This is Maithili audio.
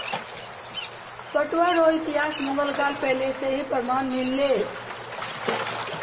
पटुआ रो इतिहास मुगल काल पहले से ही प्रमान मिललै